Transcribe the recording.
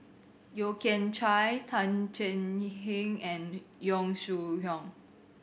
Yeo Kian Chye Tan Thuan Heng and Yong Shu Hoong